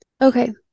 okay